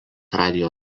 radijo